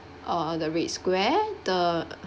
uh the red square the